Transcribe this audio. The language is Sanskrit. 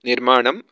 निर्माणं